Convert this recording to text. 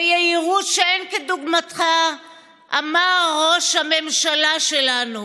ביהירות שאין כדוגמתה אמר ראש הממשלה שלנו: